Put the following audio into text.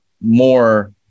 more